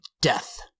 death